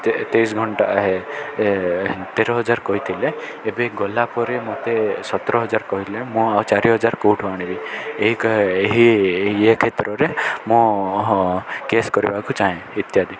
ତେଇଶି ଘଣ୍ଟା ତେର ହଜାର କହିଥିଲେ ଏବେ ଗଲା ପରେ ମୋତେ ସତର ହଜାର କହିଲେ ମୁଁ ଆଉ ଚାରି ହଜାର କୋଉଠୁ ଆଣିବି ଏହି କା ଏହି ଏହି କ୍ଷେତ୍ରରେ ମୁଁ କେସ୍ କରିବାକୁ ଚାହେଁ ଇତ୍ୟାଦି